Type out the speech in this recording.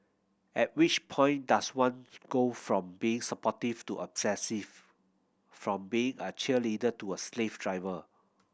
at which point does one go from being supportive to obsessive from being a cheerleader to a slave driver